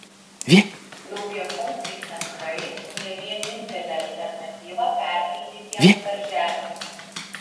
daugiafunkciai centrai ne vienintelė alternatyva perpildytiems darželiams